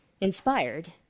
inspired